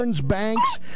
banks